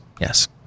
Yes